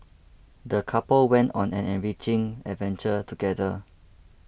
the couple went on an enriching adventure together